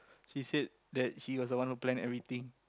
she said that she was the one who planned everything